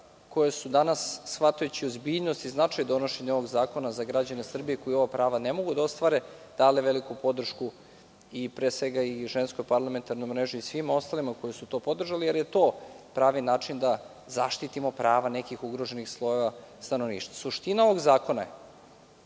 koje su danas shvatajući ozbiljnost i značaj donošenja ovog zakona za građane Srbije koji ova prava ne mogu da ostvare dale veliku podršku i Ženskoj parlamentarnoj mreži i svima ostalima koji su to podržali, jer je to pravi način da zaštitimo prava nekih ugroženih slojeva stanovništva. Suština ovog zakona je